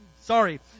Sorry